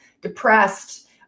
depressed